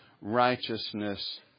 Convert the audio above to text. righteousness